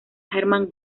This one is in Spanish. hermann